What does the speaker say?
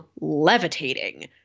levitating